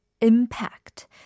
impact